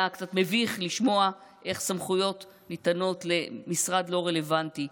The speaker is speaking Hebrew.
היה קצת מביך לשמוע איך סמכויות ניתנות למשרד לא רלוונטי.